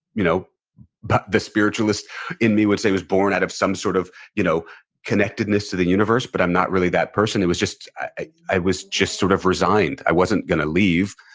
you know but the spiritualist in me would say was born out of some sort of you know connectedness to the universe, but i'm not really that person. i was just i i was just sort of resigned. i wasn't gonna leave.